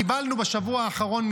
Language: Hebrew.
קיבלנו מכתב מהם בשבוע האחרון,